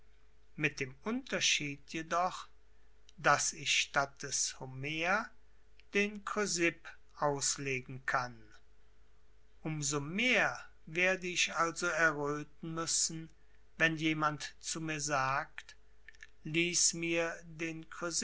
mit dem unterschied jedoch daß ich statt des homer den chrysipp auslegen kann um so mehr werde ich also erröthen müssen wenn jemand zu mir sagt lies mir den